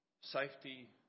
safety